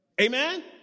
Amen